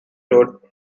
road